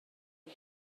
ond